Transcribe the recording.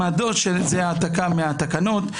וזה העתקה מהתקנות,